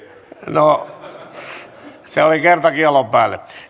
no se oli kerta kiellon päälle